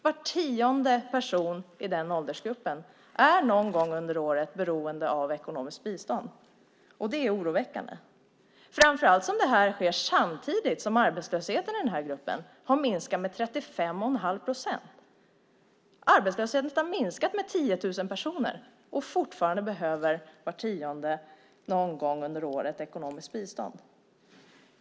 Var tionde person i den åldersgruppen är någon gång under året beroende av ekonomiskt bistånd. Det är oroväckande, framför allt eftersom det här sker samtidigt som arbetslösheten i den gruppen har minskat med 35 1⁄2 procent. Arbetslösheten har minskat med 10 000 personer, och fortfarande behöver var tionde någon gång under året ekonomiskt bistånd.